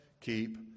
keep